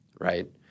right